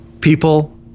People